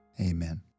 amen